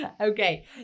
Okay